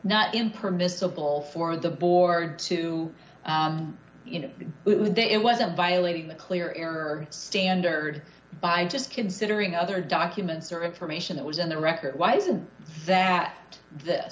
not in permissible for the board to you know it wasn't violating the clearer standard by just considering other documents or information that was in the record why is it that th